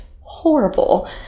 horrible